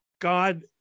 God